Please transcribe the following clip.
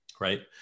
Right